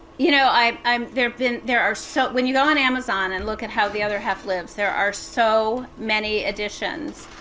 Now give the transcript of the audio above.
you know, i'm i'm there've been there are so when you go on amazon, and look at how the other half lives, there are so many editions.